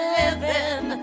living